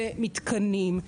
זה מתקנים,